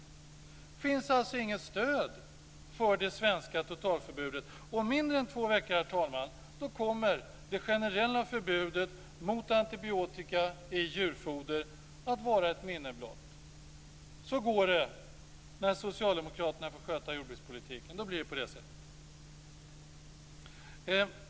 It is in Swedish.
Det finns alltså inget stöd för det svenska totalförbudet. Herr talman! Om mindre än två veckor kommer det generella förbudet mot antibiotika i djurfoder att vara ett minne blott. Så går det när Socialdemokraterna får sköta jordbrukspolitiken. Då blir det på det sättet.